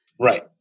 Right